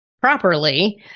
properly